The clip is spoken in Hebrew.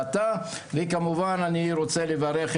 אני רוצה את